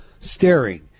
staring